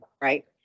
right